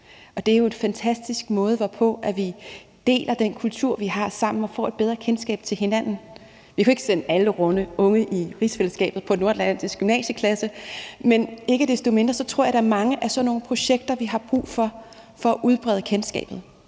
Det er jo en fantastisk måde, hvorpå vi deler den kultur, vi har sammen, og får et bedre kendskab til hinanden. Vi kan jo ikke sende alle unge i rigsfællesskabet på Nordatlantisk Gymnasieklasse, men ikke desto mindre tror jeg, at vi har brug for mange af sådan nogle projekter for at udbrede kendskabet.